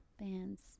bands